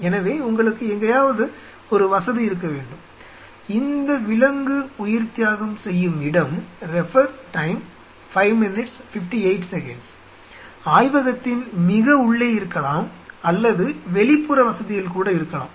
எனவே உங்களுக்கு எங்காவது ஒரு வசதி இருக்க வேண்டும் இந்த விலங்கு உயிர்த்தியாகம் செய்யும் இடம் ஆய்வகத்தின் மிக உள்ளே இருக்கலாம் அல்லது வெளிப்புற வசதியில் கூட இருக்கலாம்